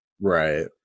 Right